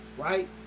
Right